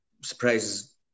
surprises